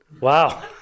Wow